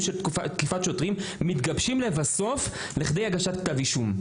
של תקיפת שוטרים מתגבשים לבסוף לכדי הגשת כתב אישום.